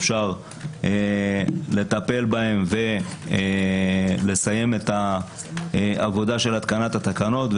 אפשר לטפל בהם ולסיים את העבודה של התקנת התקנות.